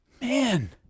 Man